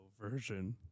version